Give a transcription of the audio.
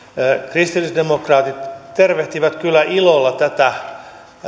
kristillisdemokraatit tervehtivät kyllä ilolla tätä